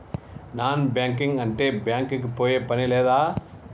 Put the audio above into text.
Non banking అంటే bank కి పోయే పని లేదా?